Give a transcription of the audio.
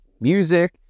music